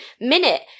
minute